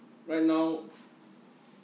right now